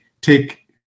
take